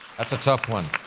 that's a tough one.